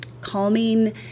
calming